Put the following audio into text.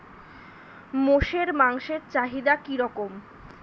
মোষের মাংসের চাহিদা কি রকম?